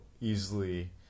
easily